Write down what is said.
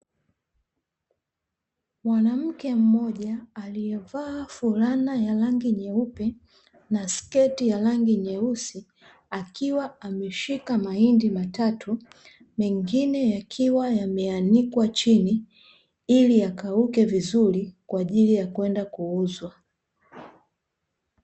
Mwanamke mmoja aliyevaa fulana ya rangi nyeupe na sketi ya rangi nyeusi akiwa ameshika mahindi matatu, mengine yakiwa yameanikwa chini, ili yakauke vizuri kwa ajili ya kuenda kuuzwa.